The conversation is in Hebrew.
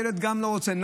ילד גם לא רוצה,